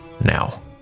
Now